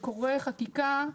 קורא חקיקה,